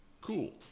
Cool